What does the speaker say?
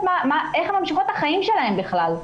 איך הן ממשיכות את החיים שלהן בכלל.